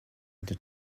into